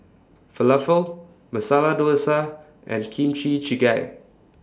Falafel Masala Dosa and Kimchi Jjigae